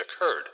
occurred